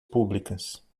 públicas